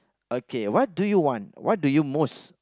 what do you want what do you most